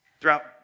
Throughout